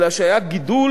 אלא שהיה גידול